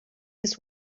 his